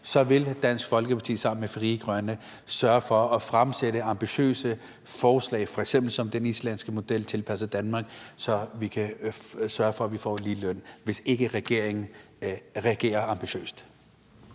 så vil Dansk Folkeparti sammen med Frie Grønne sørge for at fremsætte ambitiøse forslag, f.eks. et forslag som den islandske model tilpasset Danmark, så vi kan sørge for, at vi får ligeløn, altså hvis ikke regeringen reagerer ambitiøst.